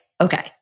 okay